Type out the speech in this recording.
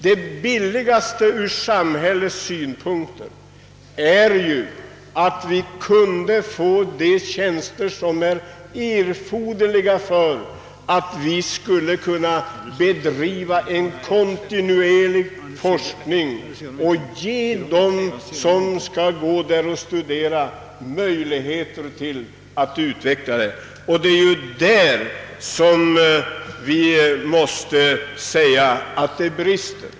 Det billigaste från samhällets synpunkt är att man där får de tjänster som är erforderliga för att man skall kunna bedriva en kontinuerlig forskning och ge de studerande möjligheter att utveckla denna. Det är på den punkten som det brister.